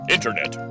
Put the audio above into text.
Internet